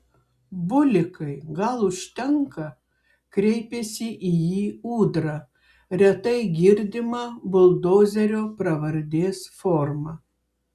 bulikai gal užtenka kreipėsi į jį ūdra retai girdima buldozerio pravardės forma